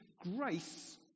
grace